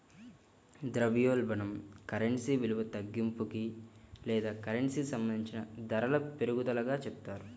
ద్రవ్యోల్బణం కరెన్సీ విలువ తగ్గింపుకి లేదా కరెన్సీకి సంబంధించిన ధరల పెరుగుదలగా చెప్తారు